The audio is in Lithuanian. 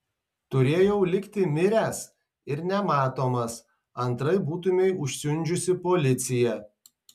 turėjau likti miręs ir nematomas antraip būtumei užsiundžiusi policiją